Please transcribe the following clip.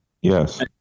Yes